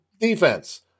defense